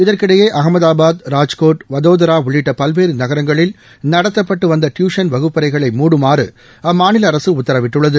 இதற்கிடையே அகமதாபர் ராஜ்கோட் வதோதரா உள்ளிட்ட பல்வேறு நகரங்களில் நடத்தப்பட்டு வந்த டியூஷன் வகுப்பறைகளை மூடுமாறு அம்மாநில அரசு உத்தரவிட்டுளளது